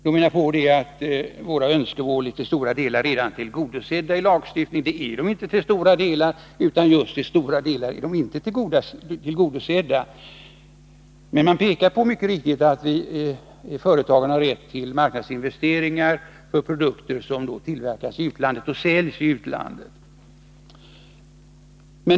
Man menar att önskemålen till stor del redan är tillgodosedda i lagstiftningen, men så är det inte. Mycket riktigt pekar man då på det förhållandet att företagen har rätt till marknadsinvesteringar beträffande produkter som tillverkas och säljs i utlandet.